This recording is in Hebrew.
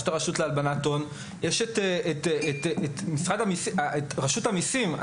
יש את הרשות להלבנת הון, ויש רשות המסים.